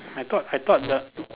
I thought I thought the